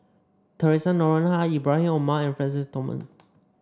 Theresa Noronha Ibrahim Omar and Francis Thomas